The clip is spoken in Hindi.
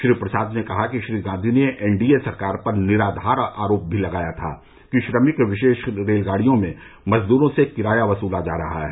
श्री प्रसाद ने कहा कि श्री गांधी ने एनडीए सरकार पर निराधार आरोप भी लगाया था कि श्रमिक विशेष रेलगाड़ियों में मजद्रों से किराया वसूला जा रहा है